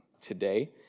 today